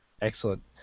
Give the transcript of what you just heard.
Excellent